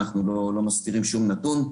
אנחנו לא מסתירים שום נתון,